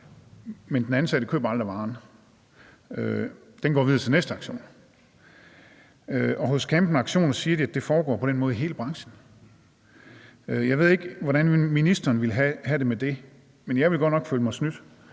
en. Men den ansatte køber aldrig varen. Den går videre til næste auktion. Hos Campen Auktioner siger de, at det foregår på den måde i hele branchen. Jeg ved ikke, hvordan ministeren ville have det med det, men jeg ville godt nok føle mig snydt,